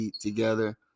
together